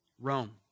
Rome